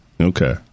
Okay